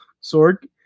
Sword